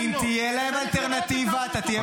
אם תהיה להם אלטרנטיבה, אתה תהיה בבית.